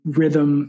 rhythm